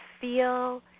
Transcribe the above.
feel